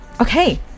Okay